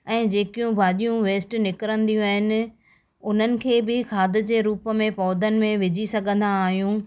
ऐं जेकियूं भाॼियूं वेस्ट निकिरींदियूं आहिनि उन्हनि खे बि खाद जे रूप में पौधनि में विझी सघंदा आहियूं